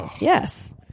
Yes